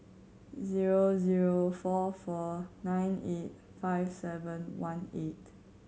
zero zero four four nine eight five seven one eight